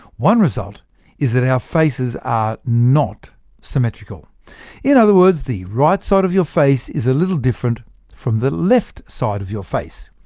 one result is that our faces are not symmetrical in other words, the right side sort of your face is a little different from the left side of your face.